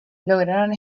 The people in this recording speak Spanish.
lograron